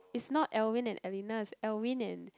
it's not Alvin and Alina it's Alvin and